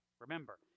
Remember